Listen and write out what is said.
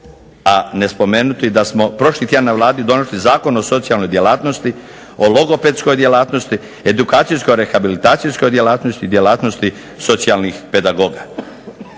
a ne spomenuti da smo prošli tjedan na Vladi donosili Zakon o socijalnoj djelatnosti, o logopedskoj djelatnosti, edukacijsko-rehabilitacijskoj djelatnosti, djelatnosti socijalnih pedagoga.